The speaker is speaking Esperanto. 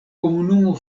komunumo